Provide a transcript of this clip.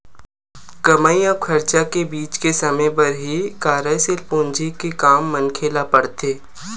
कमई अउ खरचा के बीच के समे बर ही कारयसील पूंजी के काम मनखे ल पड़थे